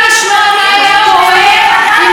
חכו, חכו.